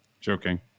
Joking